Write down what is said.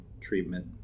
treatment